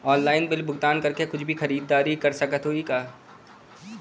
Online bill भुगतान करके कुछ भी खरीदारी कर सकत हई का?